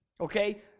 okay